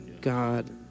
God